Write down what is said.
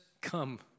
Come